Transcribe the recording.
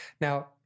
Now